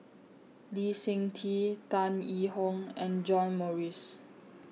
Lee Seng Tee Tan Yee Hong and John Morrice